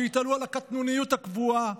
שהתעלו על הקטנוניות הקבועה